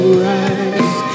rise